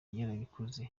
yarabikoze